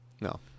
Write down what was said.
No